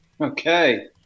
Okay